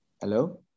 Hello